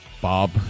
Bob